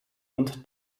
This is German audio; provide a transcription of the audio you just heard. und